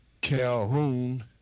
Calhoun